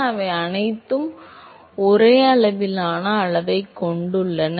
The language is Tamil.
எனவே அவை அனைத்தும் ஒரே அளவிலான அளவைக் கொண்டுள்ளன